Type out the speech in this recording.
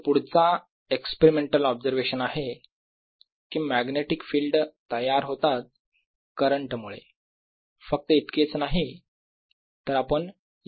तर पुढचा experimental observation आहे कि मॅग्नेटिक फिल्ड तयार होतात करंट मुळे फक्त इतकेच नाही तर आपण याच्यासाठी फॉर्मुला शोधू शकतो